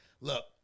look